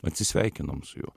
atsisveikinom su juo